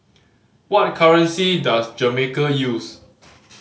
what currency does Jamaica use